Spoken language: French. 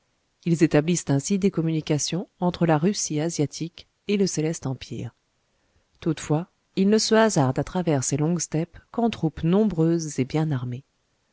ils établissent ainsi des communications entre la russie asiatique et le céleste empire toutefois ils ne se hasardent à travers ces longues steppes qu'en troupes nombreuses et bien armées